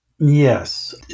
Yes